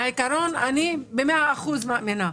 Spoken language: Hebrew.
אני מאמינה במאה אחוז בעיקרון,